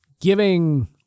giving